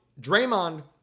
Draymond